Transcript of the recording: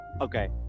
Okay